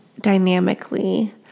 dynamically